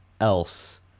else